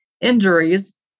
injuries